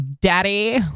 Daddy